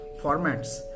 formats